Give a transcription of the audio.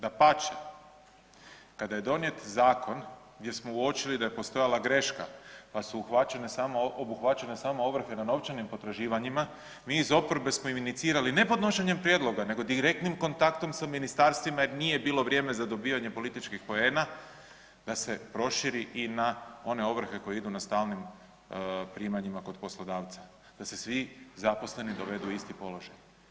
Dapače, kada je donijet zakon gdje smo uočili da je postojala greška pa su obuhvaćene samo ovrhe na novčanim potraživanjima mi iz oporbe smo im inicirali ne podnošenjem prijedloga nego direktnim kontaktom sa ministarstvima jer nije bilo vrijeme za dobivanje političkih poena da se proširi i na one ovrhe koje idu na stalnim primanjima kod poslodavca, da se svi zaposleni dovedu u isti položaj.